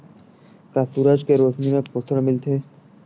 का सूरज के रोशनी म पोषण मिलथे?